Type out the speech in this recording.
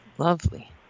Lovely